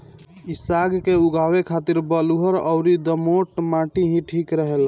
इ साग के उगावे के खातिर बलुअर अउरी दोमट माटी ही ठीक रहेला